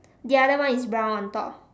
the other one is brown on top